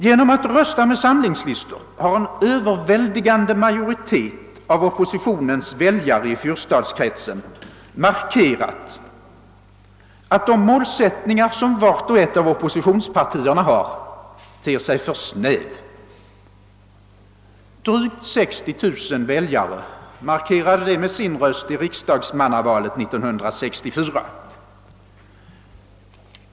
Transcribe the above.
Genom att rösta med samlingslistor har en överväldigande majoritet av oppositionens väljare i fyrstadskretsen markerat, att de målsättningar, som vart och ett av oppositionspartierna har, ter sig för snäva. Drygt 60 000 väljare markerade det med sina röster i riksdagsmannavalet 1964.